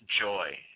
joy